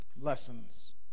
Lessons